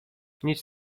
nic